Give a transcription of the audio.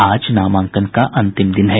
आज नामांकन का अंतिम दिन है